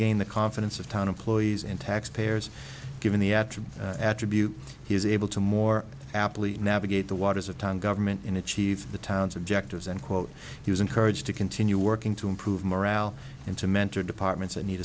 gain the confidence of town employees in taxpayers given the attribute attribute he is able to more aptly navigate the waters of town government in achieve the town's objectives and quote he was encouraged to continue working to improve morale and to mentor departments that need